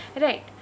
Right